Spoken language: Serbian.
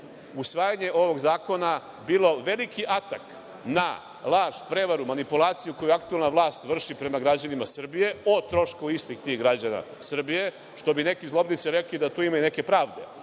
usvajanje ovog zakona bilo veliki atak na laž, prevaru, manipulaciju koju aktuelna vlast vrši prema građanima Srbije o trošku istih tih građana Srbije, što bi neki zlobnici rekli, da tu ima i neke pravde.